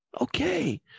Okay